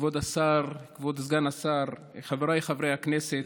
כבוד השר, כבוד סגן השר, חבריי חברי הכנסת,